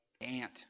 Ant